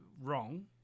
wrong